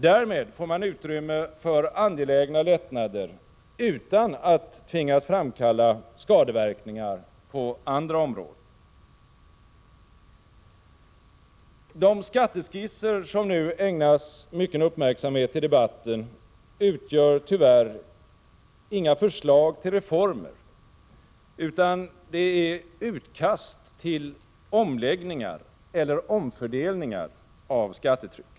Därmed får man utrymme för angelägna lättnader utan att tvingas framkalla skadeverkningar på andra områden. De skatteskisser som nu ägnas mycken uppmärksamhet i debatten utgör tyvärr inga förslag till reformer, utan det är utkast till omläggningar eller omfördelningar av skattetrycket.